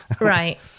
right